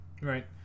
right